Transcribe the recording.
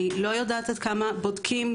אני לא יודעת עד כמה בודקים.